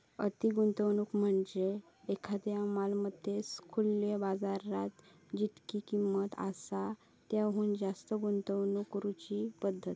अति गुंतवणूक म्हणजे एखाद्यो मालमत्तेत खुल्यो बाजारात जितकी किंमत आसा त्याहुन जास्त गुंतवणूक करुची पद्धत